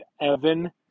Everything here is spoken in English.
Evan